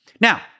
Now